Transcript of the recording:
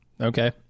Okay